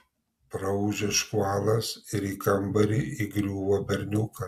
praūžia škvalas ir į kambarį įgriūva berniukas